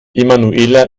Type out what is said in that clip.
emanuela